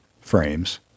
frames